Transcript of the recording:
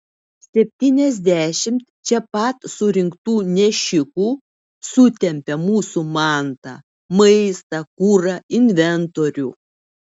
septyniasdešimt čia pat surinktų nešikų sutempia mūsų mantą maistą kurą inventorių